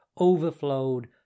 overflowed